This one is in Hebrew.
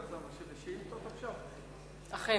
337 של חבר הכנסת מסעוד גנאים: המחסור בכיתות בחינוך הערבי.